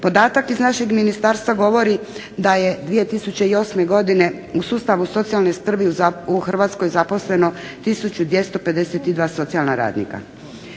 Podatak iz našeg ministarstva govori da je 2008. godine u sustavu socijalne skrbi u Hrvatskoj zaposleno tisuću 250 socijalna radnika.